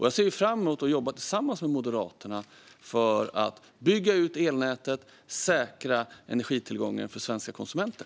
Jag ser fram emot att jobba tillsammans med Moderaterna för att bygga ut elnätet och säkra energitillgången för svenska konsumenter.